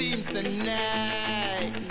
Tonight